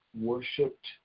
worshipped